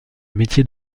métier